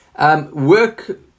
work